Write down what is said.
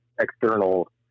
external